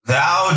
Thou